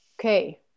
okay